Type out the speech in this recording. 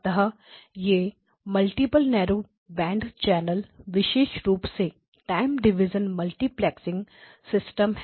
अतः यह multiple narrow band channel विशेष रूप से टाइम डिविजन मल्टीप्लेक्सिंग सिस्टम है